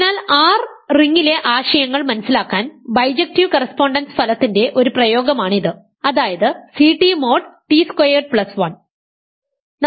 അതിനാൽ R റിംഗിലെ ആശയങ്ങൾ മനസിലാക്കാൻ ബൈജക്ടീവ് കറസ്പോണ്ടൻസ് ഫലത്തിന്റെ ഒരു പ്രയോഗമാണ് ഇത് അതായത് C T mod T squared plus 1